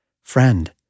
Friend